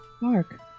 Mark